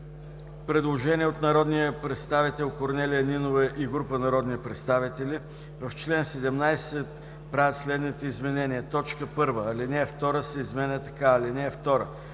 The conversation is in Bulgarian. Предложение от народния представител Корнелия Нинова и група народни представители: „В чл. 17 се правят следните изменения: 1. ал. 2 се изменя така: „(2)